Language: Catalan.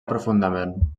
profundament